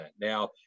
Now